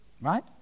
Right